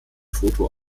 foto